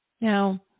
Now